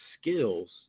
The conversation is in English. skills